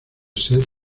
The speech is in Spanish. ser